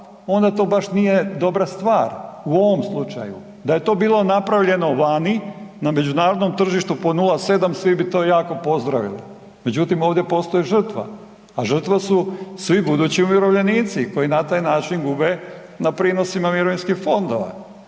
onda to baš nije dobra stvar u ovom slučaju. Da je to bilo napravljeno vani na međunarodnom tržištu po 0,7 svi bi to jako pozdravili, međutim ovdje postoji žrtva, a žrtva su svi budući umirovljenici koji na taj način gube na prinosima mirovinskih fondova.